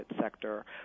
sector